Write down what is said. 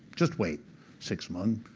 just wait six months,